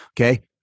Okay